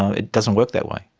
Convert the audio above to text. it doesn't work that way.